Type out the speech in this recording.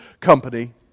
company